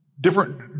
different